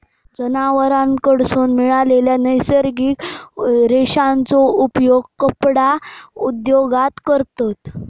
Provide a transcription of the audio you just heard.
जनावरांकडसून मिळालेल्या नैसर्गिक रेशांचो उपयोग कपडा उद्योगात करतत